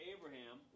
Abraham